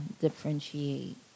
differentiate